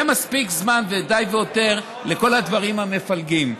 יהיה מספיק זמן, די והותר, לכל הדברים המפלגים.